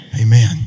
Amen